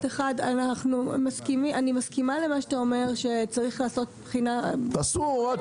אני מסכימה למה שאתה אומר שצריך לעשות בחינה כוללת- -- עשו הוראת